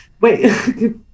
Wait